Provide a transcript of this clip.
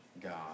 God